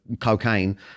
cocaine